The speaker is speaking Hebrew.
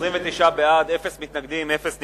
29 בעד, אין מתנגדים, אין נמנעים.